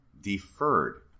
deferred